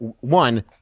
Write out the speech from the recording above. one